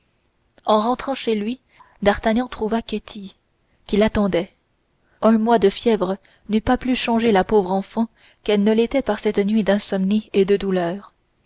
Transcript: en rentrant chez lui d'artagnan trouva ketty qui l'attendait un mois de fièvre n'eût pas plus changé la pauvre enfant qu'elle ne l'était pour cette nuit d'insomnie et de douleur